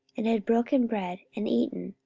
and had broken bread, and eaten,